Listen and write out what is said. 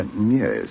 Yes